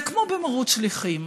זה כמו במרוץ שליחים,